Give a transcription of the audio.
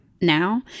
now